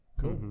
Cool